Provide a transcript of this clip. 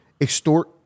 extort